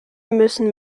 müssen